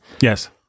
Yes